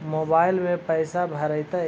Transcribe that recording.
Mobile में पैसा भरैतैय?